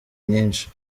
nyinshi